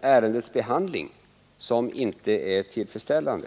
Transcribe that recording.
ärendets behandling som inte är bra.